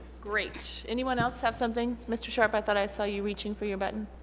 great anyone else have something? mr. sharpe i thought i saw you reaching for your button